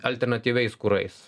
alternatyviais kurais